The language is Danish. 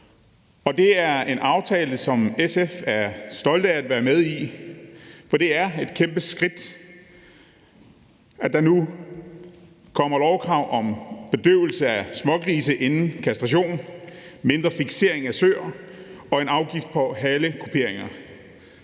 Det er en aftale, som SF er stolte at være med i, for det er et kæmpe skridt, at der nu kommer lovkrav om bedøvelse af små grise inden kastration, mindre fiksering af søer, en afgift på halekuperinger